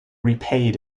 repaid